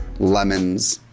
lemons,